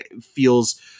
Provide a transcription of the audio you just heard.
feels